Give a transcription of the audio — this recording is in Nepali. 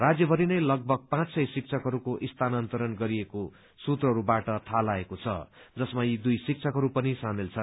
राज्यमरिनै लगभग पाँच सय शिक्षकहरूको स्थानन्तरण गरिएको सूत्रहरूबाट थाहा लागेको छ जसमा यी दुइ शिक्षकहरू पनि सामेल छन्